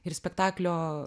ir spektaklio